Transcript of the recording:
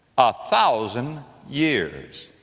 a thousand years.